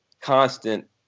constant